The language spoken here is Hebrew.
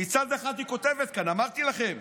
מצד אחד היא כותבת, אמרתי לכם: